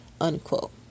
unquote